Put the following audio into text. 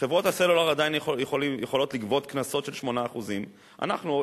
חברות הסלולר עדיין יכולות לגבות קנסות של 8%; אנחנו,